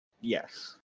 Yes